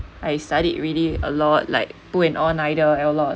I studied really a lot like pull an all nighter and a lot of